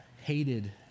hated